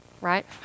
Right